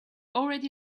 already